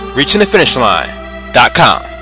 ReachingTheFinishLine.com